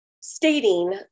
stating